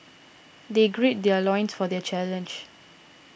they gird their loins for their challenge